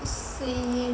same